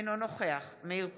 אינו נוכח מאיר פרוש,